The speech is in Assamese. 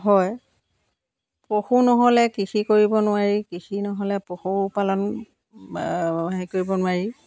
হয় পশু নহ'লে কৃষি কৰিব নোৱাৰি কৃষি নহ'লে পশু পালন হেৰি কৰিব নোৱাৰি